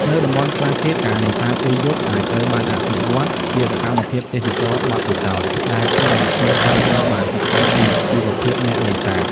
នៅតំបន់ខ្លះទៀត ការនេសាទពេលយប់អាចត្រូវបានអភិវឌ្ឍជាសកម្មភាពទេសចរណ៍បទពិសោធន៍ ដែលធ្វើឱ្យភ្ញៀវទេសចរណ៍បានសិក្សាពីជីវភាពអ្នកនេសាទ។